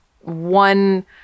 one